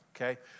okay